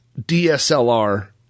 DSLR